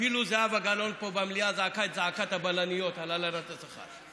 אפילו זהבה גלאון פה במליאה צעקה את זעקת הבלניות על הלנת השכר.